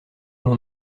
l’on